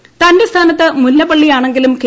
ഷാജി തന്റെ സ്ഥാനത്ത് മുല്ലപ്പള്ളിയാണെങ്കിലും കെ